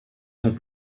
sont